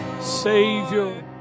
Savior